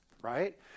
right